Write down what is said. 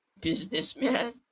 businessman